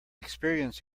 experience